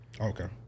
Okay